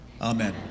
Amen